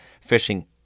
fishing